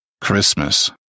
Christmas